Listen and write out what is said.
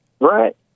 Right